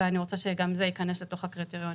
ואני רוצה שגם זה ייכנס לתוך הקריטריונים.